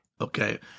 Okay